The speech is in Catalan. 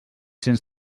cents